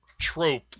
trope